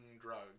drugs